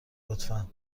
لطفا